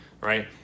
right